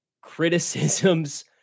criticisms